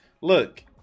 Look